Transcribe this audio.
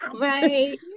right